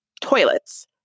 Toilets